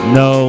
no